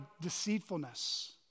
deceitfulness